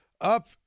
up